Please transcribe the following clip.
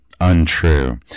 untrue